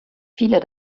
viele